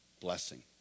blessing